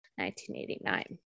1989